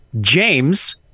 james